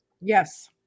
Yes